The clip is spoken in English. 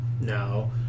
no